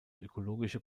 ökologische